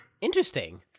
interesting